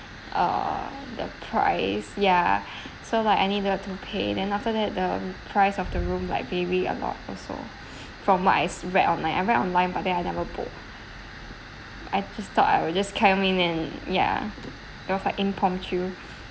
uh the price ya so like I needed to pay then after that the price of the room like maybe about also from what I read online I read online but then I never book I just thought I will just come in and ya it was like impromptu